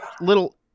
little